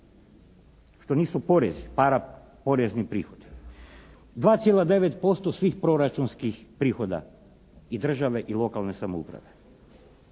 što nisu porezi, paraporezni prihodi. 2,9% svih proračunskih prihoda i države i lokalne samouprave.